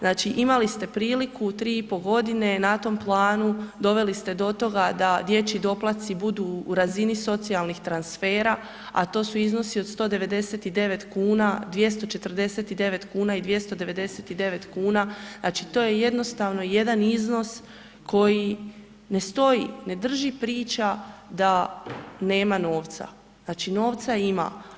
Znači imali ste priliku u 3,5.g. na tom planu, doveli ste do toga da dječji doplatci budu u razini socijalnih transfera, a to su iznosi od 199,00 kn, 249,00 kn i 299,00 kn, znači to je jednostavno jedan iznos koji ne stoji, ne drži priča da nema novca, znači novca ima.